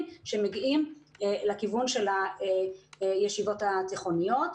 שמגיעים לכיוון של הישיבות התיכוניות.